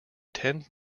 tend